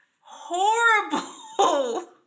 Horrible